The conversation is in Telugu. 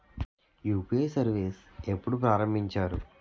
యు.పి.ఐ సర్విస్ ఎప్పుడు ప్రారంభించారు?